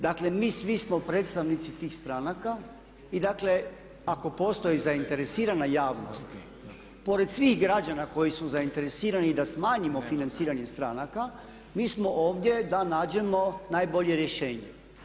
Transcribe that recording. Dakle mi svi smo predstavnici tih stranka i dakle ako postoji zainteresirana javnost pored svih građana koji su zainteresirani i da smanjimo financiranje stranka mi smo ovdje da nađem najbolje rješenje.